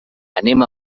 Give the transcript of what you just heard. anem